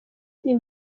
iri